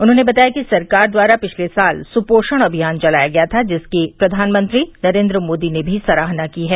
उन्होंने बताया कि सरकार द्वारा पिछले साल सुपोषण अभियान चलाया गया था जिसकी प्रधानमंत्री नरेन्द्र मोदी ने भी सराहना की है